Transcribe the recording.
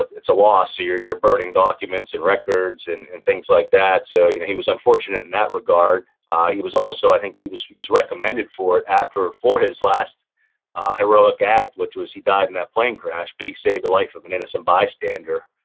it's a loss, so you're you're burning documents and records and and things like that. so you know he was unfortunate in that regard he was also, i think he was he was recommended for it after, for his last heroic act, which was he died in that place crash, but he saved the life of an innocent bystander,